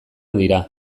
dira